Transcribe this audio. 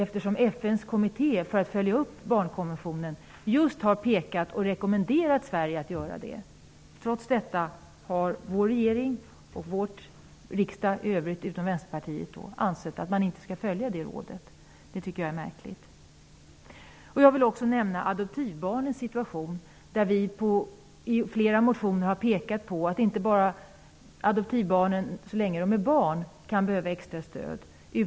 FN:s kommitté för att följa upp barnkonventionen har rekommenderat Sverige att göra det. Trots detta har regeringen och riksdagen, utom Vänsterpartiet, ansett att man inte skall följa det rådet. Det tycker jag är märkligt. Jag vill också nämna adoptivbarnens situation. Vi i Vänsterpartiet har i fler motioner pekat på att adoptivbarnen inte bara så länge de är barn kan behöva extra stöd.